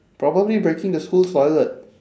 probably breaking the school toilet